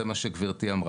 זה מה שגברתי יושבת